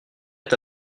est